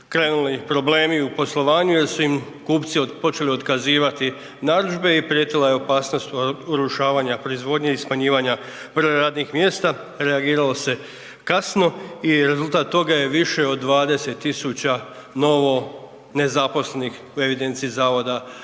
krenuli problemi u poslovanju jer su im kupci počeli otkazivati narudžbe i prijetila je opasnost urušavanja proizvodnje i smanjivanja broja radnih mjesta, reagiralo se kasno i rezultat toga je više od 20 000 novo nezaposlenih u evidenciji HZZ-a.